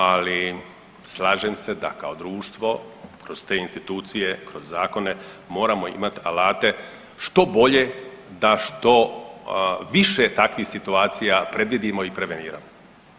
Ali slažem se da kao društvo kroz te institucije, kroz zakone moramo imati alate što bolje da što više takvih situacija predvidimo i preveniramo.